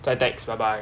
再 text bye bye